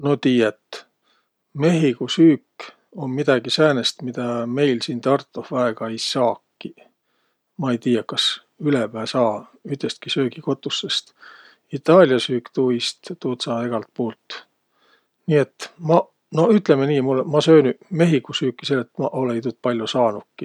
No tiiät, mehhigo süük um midägi säänest, midä meil siin Tartoh väega ei saakiq. Ma ei tiiäq kas ülepää saagi ütestki söögikotussõst. Itaalia süük tuuiist, tuud saa egält puult. Nii et maq, no ütlemi nii mul- ma söönüq mehhigo süüki, selle et ma olõ-õi tuud pall'o saanukiq.